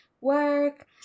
work